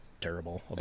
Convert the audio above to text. terrible